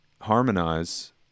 harmonize